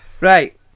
Right